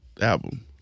album